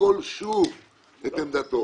ישקול שוב את עמדתו.